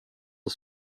och